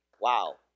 Wow